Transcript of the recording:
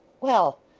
well!